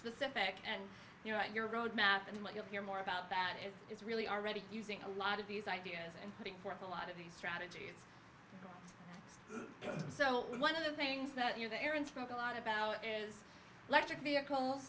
specific and you know what your road map and what you'll hear more about that is it's really already using a lot of these ideas and putting forth a lot of these strategies so one of the things that you're there and spoke a lot about is electric vehicle